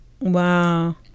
wow